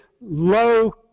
low